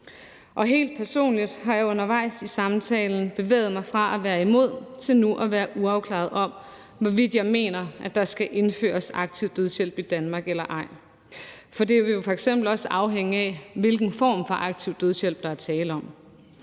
Helt personligt har jeg undervejs i samtalen bevæget mig fra at være imod til nu at være uafklaret om, hvorvidt jeg mener, at der skal indføres aktiv dødshjælp i Danmark eller ej, for det vil jo f.eks. også afhænge af, hvilken form for aktiv dødshjælp der er tale om.